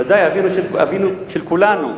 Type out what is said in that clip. בוודאי, אבינו של כולנו.